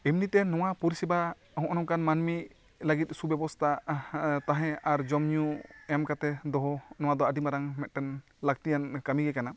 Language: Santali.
ᱮᱢᱱᱤ ᱛᱮ ᱱᱚᱣᱟ ᱯᱚᱨᱤᱥᱮᱵᱟ ᱱᱚᱜᱼᱚᱭ ᱱᱚᱝᱠᱟᱱ ᱢᱟᱹᱱᱢᱤ ᱞᱟᱹᱜᱤᱫ ᱥᱩᱵᱮᱵᱚᱥᱛᱷᱟ ᱛᱟᱦᱮᱸ ᱟᱨ ᱡᱚᱢ ᱧᱩ ᱮᱢ ᱠᱟᱛᱮ ᱫᱚᱦᱚ ᱱᱚᱣᱟ ᱫᱚ ᱟᱹᱰᱤ ᱢᱟᱨᱟᱝ ᱢᱤᱫ ᱴᱮᱱ ᱞᱟᱹᱠᱛᱤᱭᱟᱱ ᱠᱟᱹᱢᱤ ᱜᱮ ᱠᱟᱱᱟ